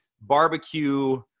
barbecue